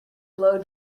blow